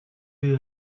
you